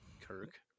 Kirk